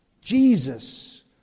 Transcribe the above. Jesus